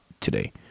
today